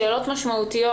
שאלות משמעותיות,